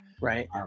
Right